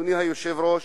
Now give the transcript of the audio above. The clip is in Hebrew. אדוני היושב-ראש,